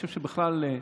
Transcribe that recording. בכלל,